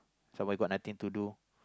somewhere got aunty to do